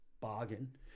Bargain